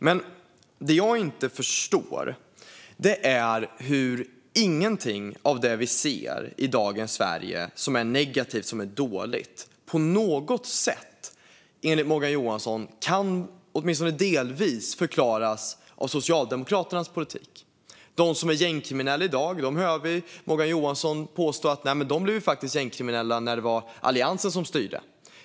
Det jag dock inte förstår är hur ingenting av det vi ser i dagens Sverige som är negativt enligt Morgan Johansson kan förklaras av Socialdemokraternas politik - inte på något sätt, ens delvis. När det gäller de gängkriminella i dag hör vi Morgan Johansson påstå att de blev gängkriminella när det var Alliansen som styrde.